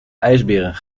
ijsberen